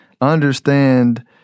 understand